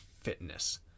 fitness